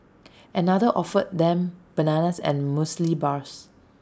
another offered them bananas and Muesli Bars